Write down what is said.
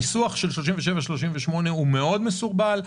הניסוח של סעיפים 37 ו-38 הוא מסורבל מאוד.